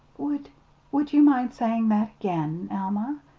would would you mind saying that again, alma?